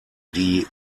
die